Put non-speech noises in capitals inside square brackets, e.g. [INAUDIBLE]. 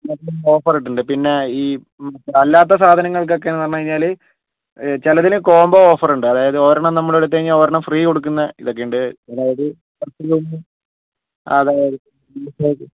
എല്ലാത്തിനും ഓഫറിട്ടിട്ടുണ്ട് പിന്നെ ഈ അല്ലാത്ത സാധനങ്ങൾക്കൊക്കെ എന്ന് പറഞ്ഞു കഴിഞ്ഞാൽ ചിലവിന് കോംബോ ഓഫറുണ്ട് അതായത് ഒരെണ്ണം നമ്മൾ എടുത്തു കഴിഞ്ഞാൽ ഒരെണ്ണം ഫ്രീ കൊടുക്കുന്നത് ഇതൊക്കെ ഉണ്ട് അതായത് [UNINTELLIGIBLE]